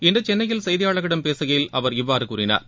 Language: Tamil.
இன்று சென்னையில் செய்தியாளர்களிடம் பேசுகையில் அவர் இவ்வாறு கூறினார்